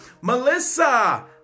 Melissa